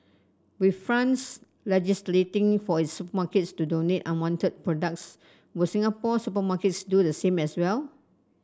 with France legislating for its supermarkets to donate unwanted products will Singapore's supermarkets do the same as well